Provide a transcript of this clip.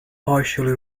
partially